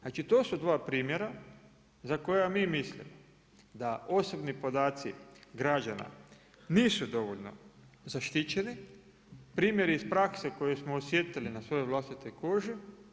Znači, to su dva primjera za koja mi mislimo da osobni podaci građana nisu dovoljno zaštićeni, primjeri iz prakse koje smo osjetili na svojoj vlastitoj koži.